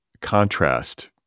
contrast